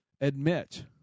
admit